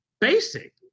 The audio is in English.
basic